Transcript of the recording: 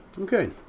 Okay